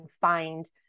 find